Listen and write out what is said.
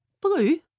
blue